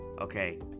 okay